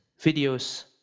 videos